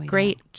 Great